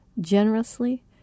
generously